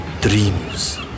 Dreams